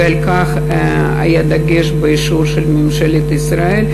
ועל כך היה דגש באישור של ממשלת ישראל,